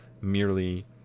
merely